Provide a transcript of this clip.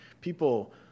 people